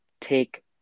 take